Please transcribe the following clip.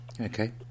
Okay